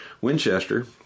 winchester